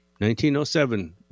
1907